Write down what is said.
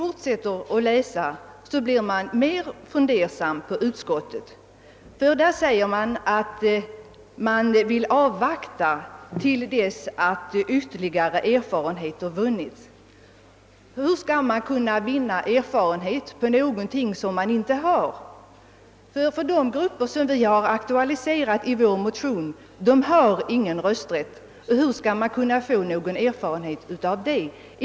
Men utskottet skriver — och då blir man fundersam — att utskottet vill avvakta till dess att ytterligare erfarenheter vunnits. Hur skall man kunna vinna erfarenhet av någonting som inte finns? De grupper som vi aktualiserat i motionsparet har ju ingen rösträtt, och hur skall då någon erfarenhet kunna vinnas?